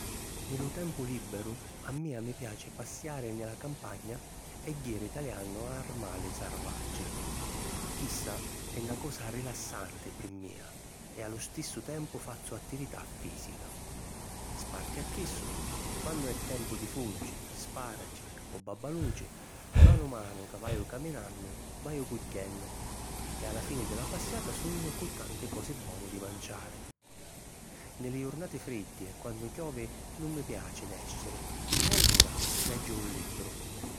Nni lu tempu lìberu a mia mi piaci passiari nni la campagna e jiri taliannu armali sarvaggi. Chissa è na cosa rilassanti pi mia e a lu stissu tempu fazzu attività fìsica. Sparti a chissu, quannu è tempu di funci, spàraci o babbaluci, manu manu ca vaju caminannu, vaju cugghiennu, e a la fini di la passiata sugnu cu tanti cosi boni di manciari. Nni li jurnati friddi e quannu chiovi, nun mi piaci nèsciri e allura leggiu un libru.